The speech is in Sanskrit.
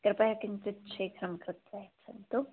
कृपया किञ्चित् शीघ्रं कृत्वा यच्छन्तु